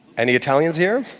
any italians here?